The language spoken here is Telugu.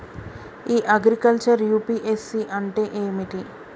ఇ అగ్రికల్చర్ యూ.పి.ఎస్.సి అంటే ఏమిటి?